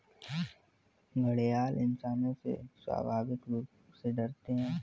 घड़ियाल इंसानों से स्वाभाविक रूप से डरते है